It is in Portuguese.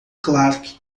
clark